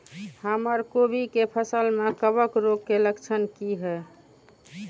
हमर कोबी के फसल में कवक रोग के लक्षण की हय?